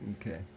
Okay